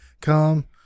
come